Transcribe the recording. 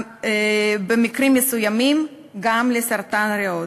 ובמקרים מסוימים גם לסרטן הריאות.